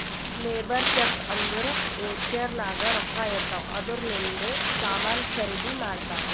labour cheque ಅಂದುರ್ voucher ನಾಗ್ ರೊಕ್ಕಾ ಇರ್ತಾವ್ ಅದೂರ್ಲಿಂದೆ ಸಾಮಾನ್ ಖರ್ದಿ ಮಾಡ್ತಾರ್